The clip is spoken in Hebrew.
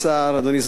אדוני סגן השר,